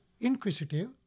inquisitive